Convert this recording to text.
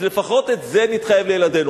אז לפחות על זה נתחייב לילדינו.